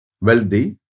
wealthy